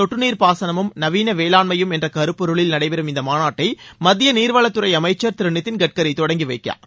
கொட்டுநீா பாசனமும் நவீன வேளாண்மையும் என்ற கருப்பொருளில் நடைபெறும் இந்த மாநாட்டை மத்திய நீர்வளத்துறை அமைச்சர் திரு நிதின் கட்கரி தொடங்கி வைக்கிறார்